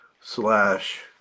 slash